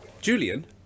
Julian